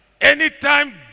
Anytime